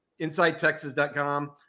InsideTexas.com